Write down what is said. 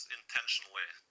intentionally